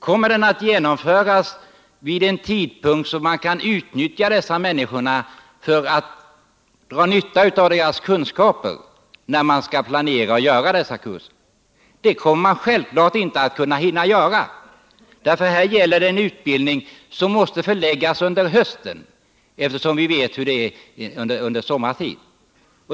Kommer den att genomföras i så god tid att man kan dra nytta av de utbildades kunskaper när kurserna skall planeras och genomföras? Det hinner man självfallet inte med. Det gäller här en utbildning som måste förläggas till hösten, eftersom vi vet hur det är under sommartid.